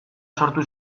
sortu